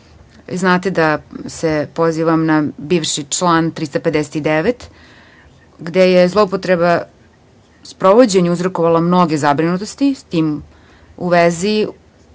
Znate da se pozivam na bivši član 359. gde je zloupotreba u sprovođenju uzrokovala mnoge zabrinutosti. S tim u vezi,